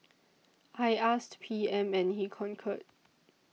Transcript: I asked P M and he concurred